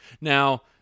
Now